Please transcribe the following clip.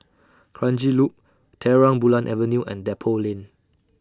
Kranji Loop Terang Bulan Avenue and Depot Lane